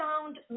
sound